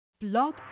Blog